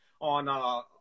on